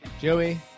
Joey